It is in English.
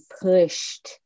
pushed